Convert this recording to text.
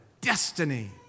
destiny